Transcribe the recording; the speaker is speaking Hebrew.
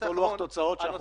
אנחנו